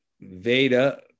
Veda